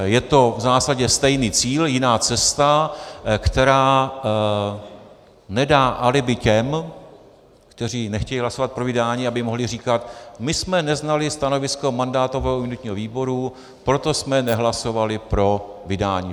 Je to v zásadě stejný cíl, jiná cesta, která nedá alibi těm, kteří nechtějí hlasovat pro vydání, aby mohli říkat: my jsme neznali stanovisko mandátového a imunitního výboru, proto jsme nehlasovali pro vydání.